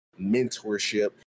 mentorship